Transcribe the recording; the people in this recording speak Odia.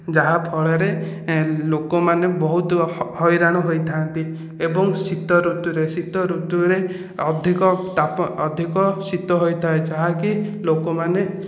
ଯାହାଫଳରେ ଲୋକମାନେ ବହୁତ ହଇରାଣ ହୋଇଥାନ୍ତି ଏବଂ ଶୀତଋତୁରେ ଶୀତଋତୁରେ ଅଧିକ ତାପ ଅଧିକ ଶୀତ ହୋଇଥାଏ ଯାହାକି ଲୋକମାନେ